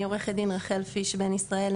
אני עו"ד רחל פיש בן ישראל.